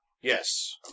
Yes